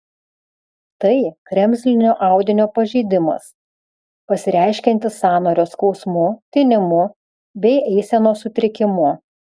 tai kremzlinio audinio pažeidimas pasireiškiantis sąnario skausmu tinimu bei eisenos sutrikimu